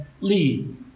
lead